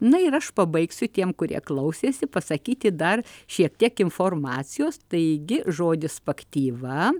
na ir aš pabaigsiu tiem kurie klausėsi pasakyti dar šiek tiek informacijos taigi žodis spaktyva